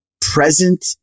present